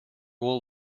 will